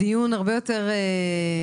דיון הרבה יותר מעמיק,